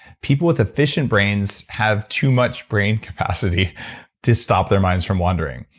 people with efficient brains have too much brain capacity to stop their minds from wandering.